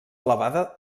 elevada